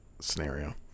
scenario